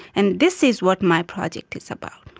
and this is what my project is about.